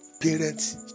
parents